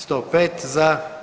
105 za.